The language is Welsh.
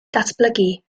datblygu